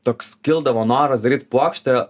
toks kildavo noras daryt puokštę